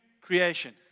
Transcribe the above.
creation